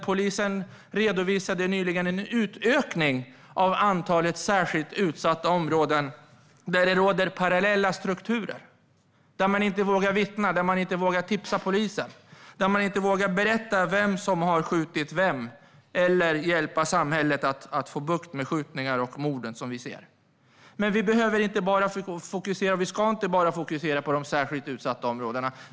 Polisen redovisade nyligen att det skett en ökning av antalet särskilt utsatta områden, där det råder parallella strukturer. Man vågar inte vittna, tipsa polisen, berätta vem som har skjutit vem eller hjälpa samhället att få bukt med de skjutningar och mord vi ser. Men vi ska inte bara fokusera på de särskilt utsatta områdena.